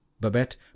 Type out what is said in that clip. Babette